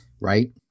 Right